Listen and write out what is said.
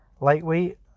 lightweight